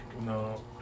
No